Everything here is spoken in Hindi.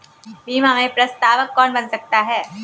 बीमा में प्रस्तावक कौन बन सकता है?